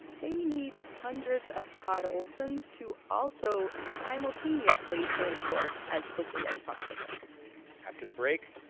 they need hundreds of todd olsons to also simultaneously change course as quickly as possible after the break,